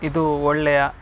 ಇದು ಒಳ್ಳೆಯ